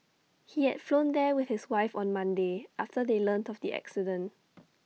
he had flown there with his wife on Monday after they learnt of the accident